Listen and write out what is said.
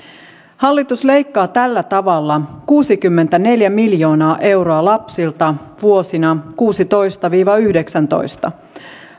hallitus leikkaa tällä tavalla kuusikymmentäneljä miljoonaa euroa lapsilta vuosina kuusitoista viiva yhdeksäntoista